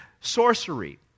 sorcery